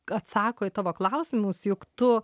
atsako į tavo klausimus juk tu